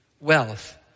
wealth